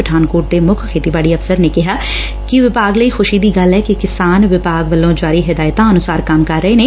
ਪਠਾਨਕੋਟ ਦੇ ਮੁੱਖ ਖੇਤੀਬਾੜੀ ਅਫਸਰ ਨੇ ਕਿਹਾ ਕਿ ਵਿਭਾਗ ਲਈ ਖੁਸ਼ੀ ਦੀ ਗੱਲ ਐ ਕਿ ਕਿਸਾਨ ਵਿਭਾਗ ਵੱਲੋਂ ਜਾਰੀ ਦਿਸ਼ਾ ਨਿਰਦੇਸ਼ਾਂ ਅਨੁਸਾਰ ਕੰਮ ਕਰ ਰਹੇ ਨੇ